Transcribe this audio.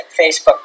Facebook